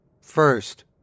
First